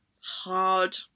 hard